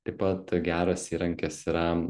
taip pat geras įrankis yra